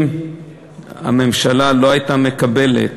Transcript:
אם הממשלה לא הייתה מקבלת